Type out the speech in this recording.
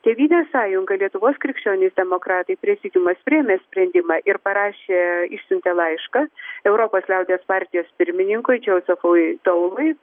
tėvynės sąjunga lietuvos krikščionys demokratai prezidiumas priėmė sprendimą ir parašė išsiuntė laišką europos liaudies partijos pirmininkui džozefui daului